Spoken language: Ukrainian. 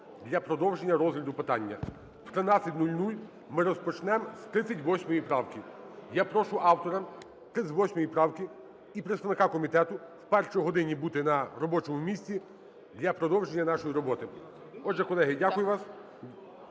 для продовження розгляду питання. О 13:00 ми розпочнемо з 38 правки. Я прошу автора 38 правки і представника комітету о першій годині бути на робочому місці для продовження нашої роботи. Отже, колеги, дякую вам.